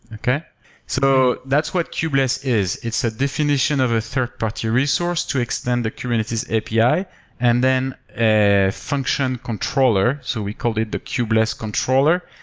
so that's what kubeless is. it's a definition of a third-party resource to extend the kubernetes api and then a function controller, so we called it the kubeless controller,